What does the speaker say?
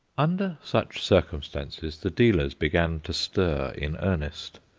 under such circumstances the dealers began to stir in earnest.